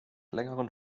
längeren